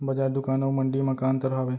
बजार, दुकान अऊ मंडी मा का अंतर हावे?